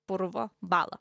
purvo balą